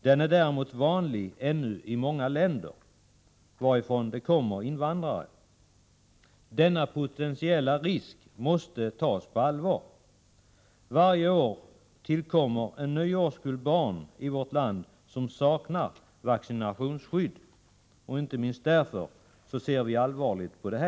Den är däremot ännu vanlig i många länder varifrån det kommer invandrare. Denna potentiella risk måste tas på allvar. Varje år tillkommer en ny årskull barn i vårt land som saknar vaccinationsskydd, och inte minst därför ser vi allvarligt på detta.